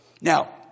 Now